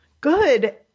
Good